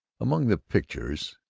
among the pictures,